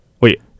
Wait